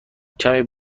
کمی